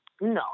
No